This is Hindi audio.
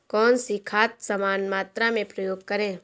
कौन सी खाद समान मात्रा में प्रयोग करें?